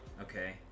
Okay